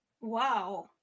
Wow